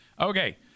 Okay